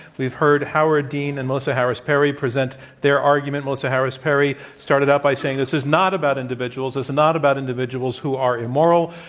we've heard howard dean and melissa harris-perry present their argument. melissa harris-perry started out by saying this is not about individuals. this is not about individuals who are immoral.